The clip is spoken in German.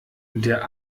der